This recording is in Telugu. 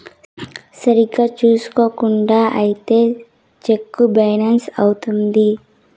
సరిగ్గా చూసుకోకుండా ఇత్తే సెక్కు బౌన్స్ అవుత్తది